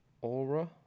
Aura